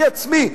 אני עצמי,